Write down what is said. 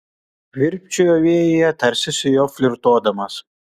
virpčiojo vėjyje tarsi su juo flirtuodamos